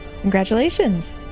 Congratulations